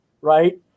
right